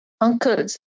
uncles